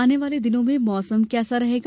आने वाले दिनों में मौसम कैसा रहेगा